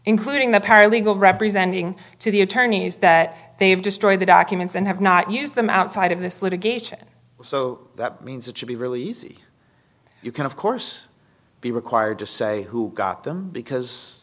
including the paralegal representing to the attorneys that they have destroyed the documents and have not used them outside in this litigation so that means it should be really easy you can of course be required to say who got them because